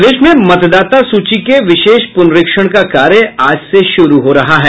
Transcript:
प्रदेश में मतदाता सूची के विशेष प्रनरीक्षण का कार्य आज से शुरू हो रहा है